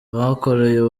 bakoreye